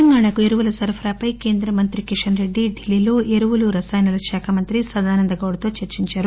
తెలంగాణాకు ఎరువుల సరఫరాపై కేంద్ర మంత్రి కిషన్ రెడ్డి ఢిల్లీలో ఎరువులు రసాయనాల శాఖ మంత్రి సదానంద గౌడతో చర్సించారు